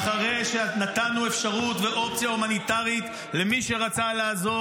ואחרי שנתנו אפשרות ואופציה הומניטרית למי שרצה לעזוב.